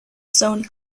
zone